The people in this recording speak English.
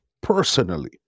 personally